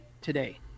today